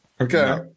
Okay